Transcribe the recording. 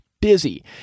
busy